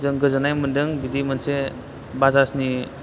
जों गोजोननाय मोन्दों बिदि मोनसे बाजाजनि